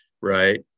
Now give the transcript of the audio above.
right